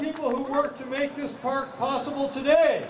people who work to make this work possible to do it